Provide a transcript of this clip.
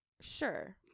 Sure